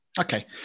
Okay